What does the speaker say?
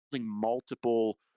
multiple